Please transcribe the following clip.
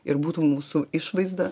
ir būtų mūsų išvaizda